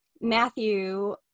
Matthew